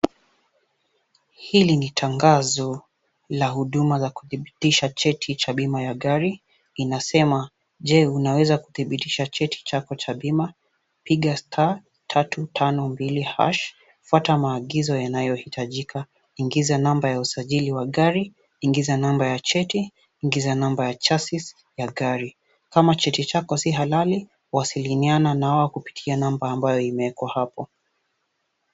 Hili ni tangazo la huduma la kudhibitisha cheti cha bima ya gari inasema Je unaweza kudhibitisha cheti chako cha bima, piga *452# , fuata maagizo yanayohitajika, ingiza namba ya usajili wa gari, ingiza namba ya cheti, ingiza namba ya chasis ya gari. Kama cheti chako si halali wasiliana nao kupitia namba ambayo imeekwa hapo.